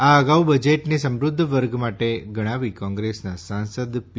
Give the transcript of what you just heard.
આ અગાઉ બજેટને સમૃદ્ધ વર્ગ માટે ગણાવી કોંગ્રેસના સાંસદ પી